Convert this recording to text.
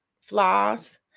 flaws